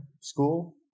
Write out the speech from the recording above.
school